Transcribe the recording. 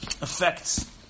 affects